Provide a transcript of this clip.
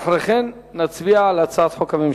אחרי כן נצביע על הצעת החוק הממשלתית,